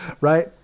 right